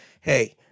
hey